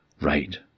Right